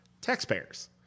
taxpayers